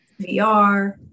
VR